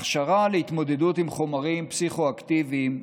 הכשרה להתמודדות עם חומרים פסיכו-אקטיביים,